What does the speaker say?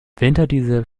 winterdiesel